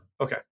Okay